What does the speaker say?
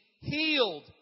healed